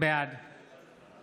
בעד